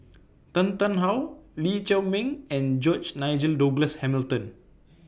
Tan Tarn How Lee Chiaw Meng and George Nigel Douglas Hamilton